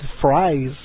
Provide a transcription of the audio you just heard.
fries